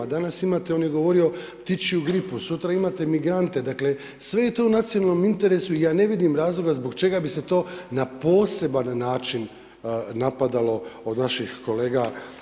Danas imate on je govorio ptičju gripu, sutra imate migrante dakle sve je to u nacionalnom interesu i ja ne vidim razloga zbog čega bi se to na poseban način napadalo od naših kolega.